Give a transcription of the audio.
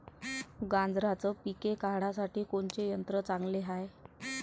गांजराचं पिके काढासाठी कोनचे यंत्र चांगले हाय?